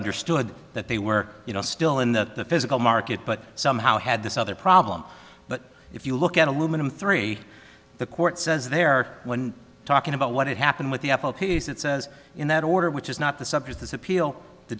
understood that they were you know still in the physical market but somehow had this other problem but if you look at aluminum three the court says there when talking about what happened with the apple case it says in that order which is not the subject this appeal the